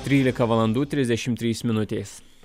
trylika valandų trisdešim trys minutės